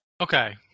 Okay